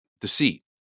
deceit